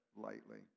lightly